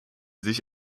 sich